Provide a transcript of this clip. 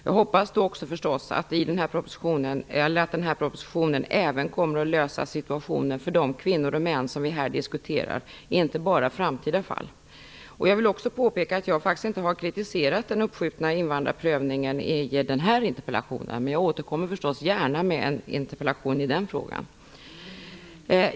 Jag hoppas förstås att propositionen kommer att lösa situationen för de kvinnor och män vi här diskuterar, inte bara framtida fall. Jag vill också påpeka att jag inte har kritiserat den uppskjutna invandrarprövningen i den här interpellationen. Men jag återkommer förstås gärna med en interpellation i den frågan.